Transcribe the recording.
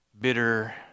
bitter